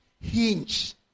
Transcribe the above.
hinge